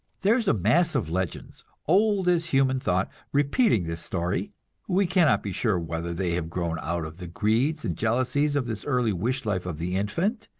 there is a mass of legends, old as human thought, repeating this story we cannot be sure whether they have grown out of the greeds and jealousies of this early wish-life of the infant,